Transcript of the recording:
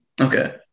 Okay